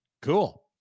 Cool